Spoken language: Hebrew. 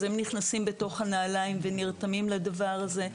הם נכנסים לנעליים האלה ונרתמים לדבר הזה.